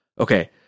Okay